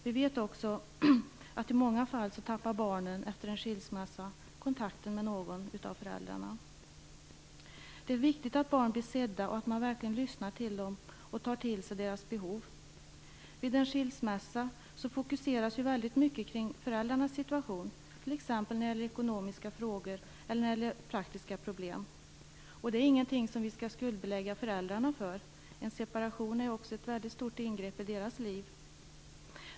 Vi vet också att barnen efter en skilsmässa i många fall tappar kontakten med någon av föräldrarna. Det är viktigt att barn blir sedda, att man verkligen lyssnar till dem och tar till sig deras behov. Vid en skilsmässa fokuseras mycket kring föräldrarnas situation, t.ex. när det gäller ekonomiska frågor eller praktiska problem. Det är ingenting som vi skall skuldbelägga föräldrarna för, en separation är också ett mycket stort ingrepp i deras liv.